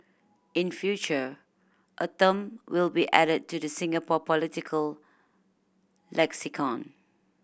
in future a term will be added to the Singapore political lexicon